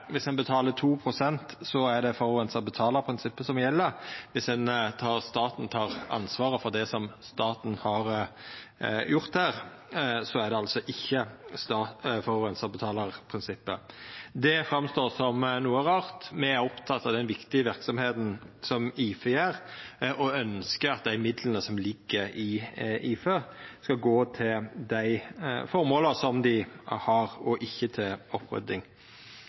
viss ein betalar 2 pst., er det forureinar-betalar-prinsippet som gjeld. Viss det er slik at staten tek ansvaret for det som staten har gjort her, er det altså ikkje forureinar-betalar-prinsippet. Det står fram som noko rart. Me er opptekne av den viktige verksemda som IFE har, og ynskjer at dei midlane som ligg i IFE, skal gå til dei formåla som dei har, og ikkje til opprydding.